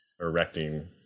erecting